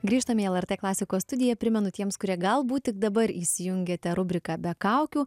grįžtame į el er t klasikos studiją primenu tiems kurie galbūt tik dabar įsijungiate rubriką be kaukių